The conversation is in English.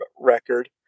record